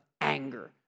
anger